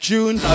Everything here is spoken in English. June